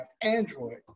Android